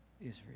Israel